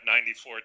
94